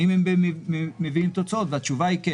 האם הם מביאים תוצאות והתשובה היא כן.